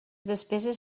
despeses